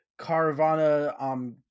Caravana